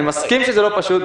אני מסכים שזה לא פשוט,